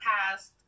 past